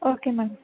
okay ma'am